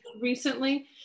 Recently